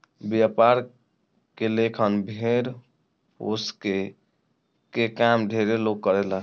व्यापार के लेखन भेड़ पोसके के काम ढेरे लोग करेला